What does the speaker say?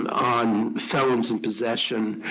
on felons and possession